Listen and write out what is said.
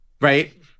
right